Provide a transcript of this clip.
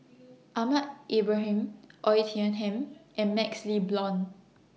Ahmad Ibrahim Oei Tiong Ham and MaxLe Blond